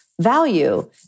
Value